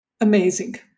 Amazing